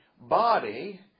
body